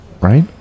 right